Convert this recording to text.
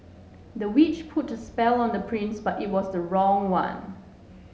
the witch put a spell on the prince but it was the wrong one